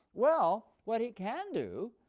well, what he can do,